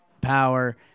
power